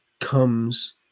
comes